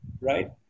right